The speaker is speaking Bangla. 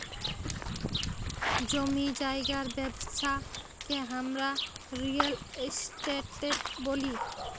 জমি জায়গার ব্যবচ্ছা কে হামরা রিয়েল এস্টেট ব্যলি